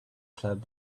club